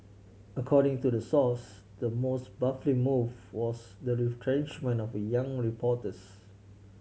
according to the source the most baffling move was the retrenchment of a few young reporters